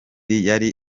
yari